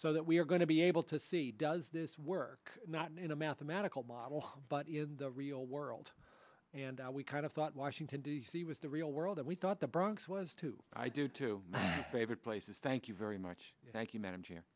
so that we are going to be able to see does this work not in a mathematical model but in the real world and we kind of thought washington d c was the real world we thought the bronx was too i do too favorite places thank you very much thank you ma